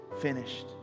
finished